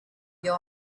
you